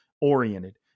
oriented